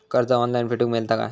कर्ज ऑनलाइन फेडूक मेलता काय?